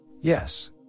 Yes